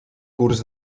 curs